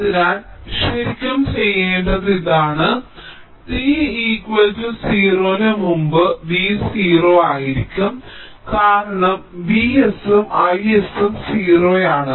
അതിനാൽ ശരിക്കും ഞാൻ ചെയ്യേണ്ടത് ഇതാണ് t 0 ന് മുമ്പ് V 0 ആയിരിക്കും കാരണം Vs ഉം Is ഉം 0 ആണ്